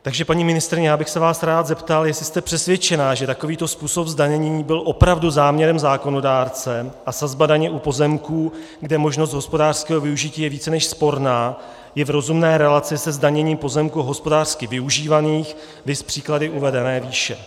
Takže paní ministryně, já bych se vás rád zeptal, jestli jste přesvědčená, že takovýto způsob zdanění byl opravdu záměrem zákonodárce a sazba daně u pozemků, kde možnost hospodářského využití je více než sporná, je v rozumné relaci se zdaněním pozemků hospodářsky využívaných, viz příklady uvedené výše.